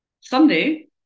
Sunday